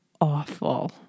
awful